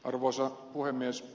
arvoisa puhemies